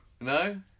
No